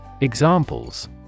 Examples